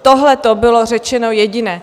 Tohleto bylo řečeno jediné.